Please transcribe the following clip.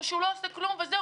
או שהוא לא עושה כלום וזהו?